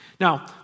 Now